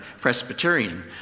Presbyterian